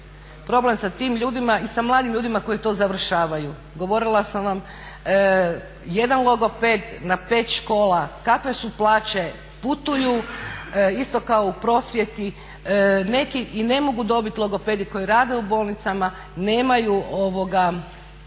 Problem sa tim ljudima i sa mladim ljudima koji to završavaju. Govorila sam vam jedan logoped na 5 škola, kakve su plaće, putuju isto kao u prosvjeti. Neki i ne mogu dobiti logopede i koji rade u bolnicama nemaju, oni